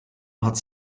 hat